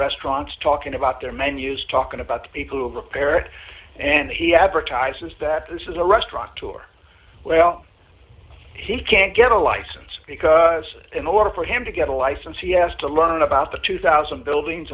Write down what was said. restaurants talking about their menus talking about people who have a parrot and he advertises that this is a restaurant tour well he can't get a license because in order for him to get a license he has to learn about the two thousand buildings